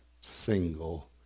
single